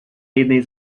jednej